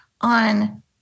on